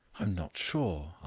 am not sure,